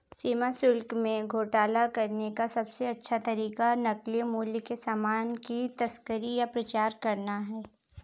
सीमा शुल्क में घोटाला करने का सबसे अच्छा तरीका नकली मूल्य के सामान की तस्करी या प्रचार करना है